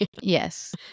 Yes